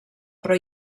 però